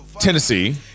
Tennessee